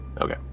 Okay